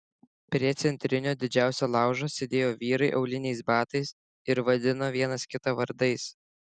prie centrinio didžiausio laužo sėdėjo vyrai auliniais batais ir vadino vienas kitą vardais